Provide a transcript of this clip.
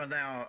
now